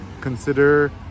consider